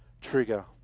trigger